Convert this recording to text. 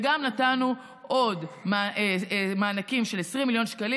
וגם נתנו עוד מעט מענקים של 20 מיליון שקלים